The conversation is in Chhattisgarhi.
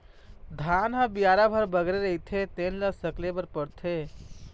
धान ह बियारा भर बगरे रहिथे तेन ल सकेले बर परथे